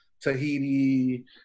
tahiti